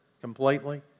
completely